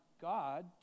God